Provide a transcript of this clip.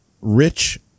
rich